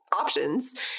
options